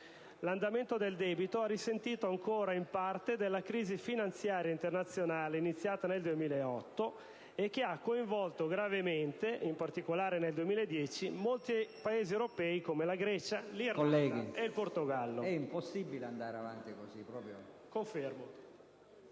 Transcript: L'andamento del debito ha risentito ancora in parte della crisi finanziaria internazionale iniziata nel 2008 e che ha coinvolto gravemente, in particolare nel 2010, molti Paesi europei, come la Grecia, l'Irlanda, il Portogallo. Bisogna dare atto che tali risultati